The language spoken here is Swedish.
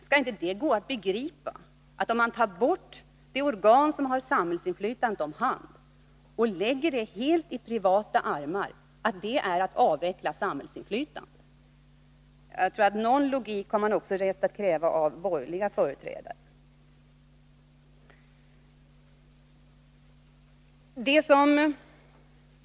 Skall det inte gå att begripa, att om man tar bort det organ som har samhällsinflytandet om hand och lägger uppgifterna helt i privata händer, så är det att avveckla samhällsinflytandet? Någon logik har man väl rätt att kräva också av borgerliga företrädare.